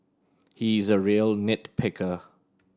he is a real nit picker